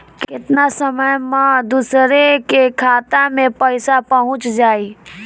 केतना समय मं दूसरे के खाता मे पईसा पहुंच जाई?